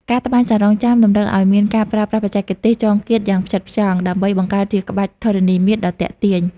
ការត្បាញសារុងចាមតម្រូវឱ្យមានការប្រើប្រាស់បច្ចេកទេសចងគាតយ៉ាងផ្ចិតផ្ចង់ ដើម្បីបង្កើតជាក្បាច់ធរណីមាត្រដ៏ទាក់ទាញ។